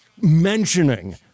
mentioning